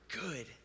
good